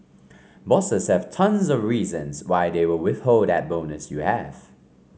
bosses have tons of reasons why they will withhold that bonus you have